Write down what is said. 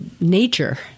nature